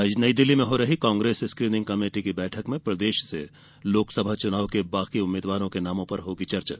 आज नईदिल्ली में हो रही कांग्रेस स्क्रीनिंग कमेटी की बैठक में प्रदेश से लोकसभा चुनाव के उम्मीदवारों के नामों पर होगी चर्चा